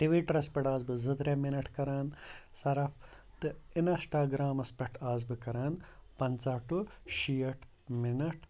ٹٕوِٹَرَس پٮ۪ٹھ آسہٕ بہٕ زٕ ترٛےٚ مِنَٹ کَران سَرَف تہٕ اِنَسٹاگرٛامَس پٮ۪ٹھ آسہٕ بہٕ کَران پنٛژاہ ٹُہ شیٹھ مِنَٹ